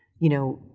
you know,